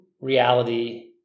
reality